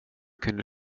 kunde